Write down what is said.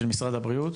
של משרד הבריאות?